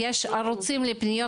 ערוצים לפניות